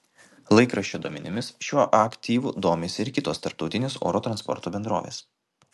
laikraščio duomenimis šiuo aktyvu domisi ir kitos tarptautinės oro transporto bendrovės